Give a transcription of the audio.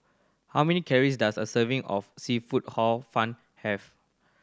how many calories does a serving of seafood Hor Fun have